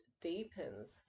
deepens